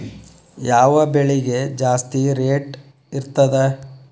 ಯಾವ ಬೆಳಿಗೆ ಜಾಸ್ತಿ ರೇಟ್ ಇರ್ತದ?